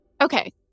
Okay